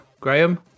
Graham